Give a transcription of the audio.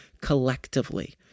collectively